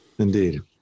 indeed